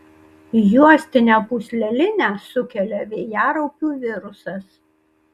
juostinę pūslelinę sukelia vėjaraupių virusas